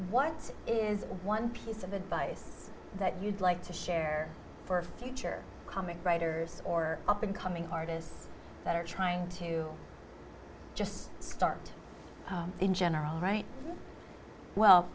what's one piece of advice that you'd like to share for future comic writers or up and coming artists that are trying to just start in general right well